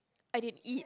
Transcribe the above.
I didn't eat